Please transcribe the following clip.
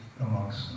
amongst